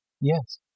Yes